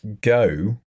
go